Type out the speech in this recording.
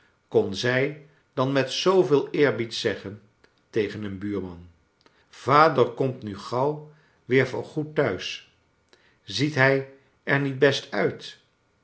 kon zij dan met zooveel eerbied zeggen tegen een buurman vader komt nu gauw weer voor goed thuis ziet hij er niet best uit